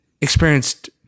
experienced